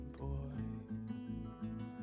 boy